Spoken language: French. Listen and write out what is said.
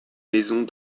maisons